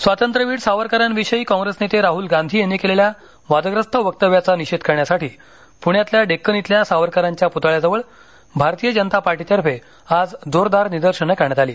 स्वातंत्र्यवीर सावरकरांविषयी कॉंग्रेस नेते राहल गांधी यांनी केलेल्या वादग्रस्त वक्तव्याचा निषेध करण्यासाठी पुण्यातल्या डेक्कन इथल्या सावरकरांच्या पुतळ्याजवळ भारतीय जनता पार्टीतर्फे आज जोरदार निदर्शनं करण्यात आली